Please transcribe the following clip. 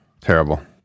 terrible